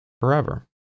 forever